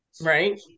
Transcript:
right